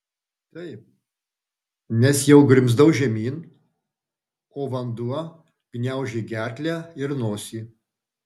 taip nes jau grimzdau žemyn o vanduo gniaužė gerklę ir nosį